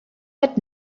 had